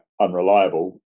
unreliable